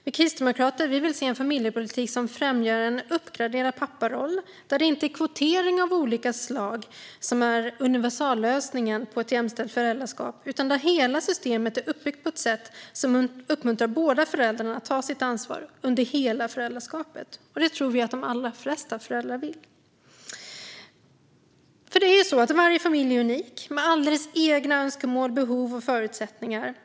Vi kristdemokrater vill se en familjepolitik som främjar en uppgraderad papparoll, där det inte är kvotering av olika slag som är universallösningen på ett jämställt föräldraskap, utan där hela systemet är uppbyggt på ett sätt som uppmuntrar båda föräldrarna att ta sitt ansvar under hela föräldraskapet. Det tror vi att de allra flesta föräldrar vill. Varje familj är unik med alldeles egna önskemål, behov och förutsättningar.